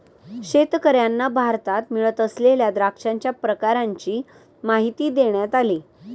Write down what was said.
शेतकर्यांना भारतात मिळत असलेल्या द्राक्षांच्या प्रकारांची माहिती देण्यात आली